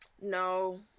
no